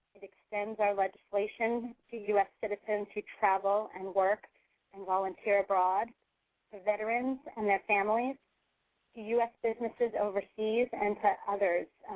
it extends our legislation to u s. citizens who travel and work and volunteer abroad to veterans and their families, to u s. businesses overseas, and to others,